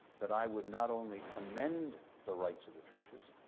that i would not only amend the rights of the churches,